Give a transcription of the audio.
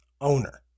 owner